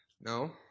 No